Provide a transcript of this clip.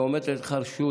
עומדת לך הרשות,